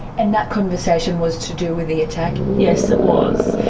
and that conversation was to do with the attack? yes, it was.